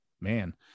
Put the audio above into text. man